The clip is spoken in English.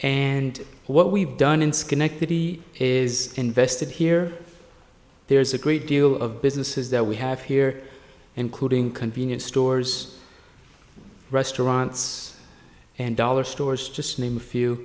and what we've done in schenectady is invested here there's a great deal of businesses that we have here including convenience stores restaurants and dollar stores just name a few